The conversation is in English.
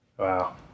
Wow